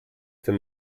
den